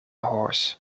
horse